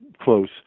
close